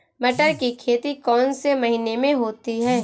मटर की खेती कौन से महीने में होती है?